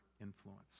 influence